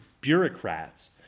bureaucrats